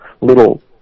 little